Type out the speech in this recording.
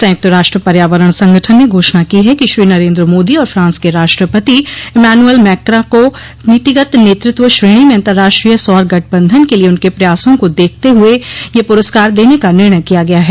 संयुक्त राष्ट्र पर्यावरण संगठन ने घोषणा की है कि श्री नरेन्द्र मोदी और फ्रांस के राष्ट्रपति इमानुएल मैक्रां को नीतिगत नेतृत्व श्रेणी में अंतर्राष्ट्रीय सौर गठबंधन के लिए उनके प्रयासों को देखते हुए यह पुरस्कार देने का निर्णय किया गया है